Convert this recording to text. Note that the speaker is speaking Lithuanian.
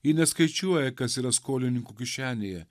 ji neskaičiuoja kas yra skolininkų kišenėje